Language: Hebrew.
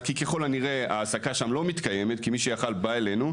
כי ככל הנראה ההעסקה שם לא מתקיימת כי מי שהיה יכול כן בא אלינו,